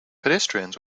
pedestrians